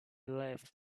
left